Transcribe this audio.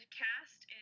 cast